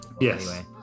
Yes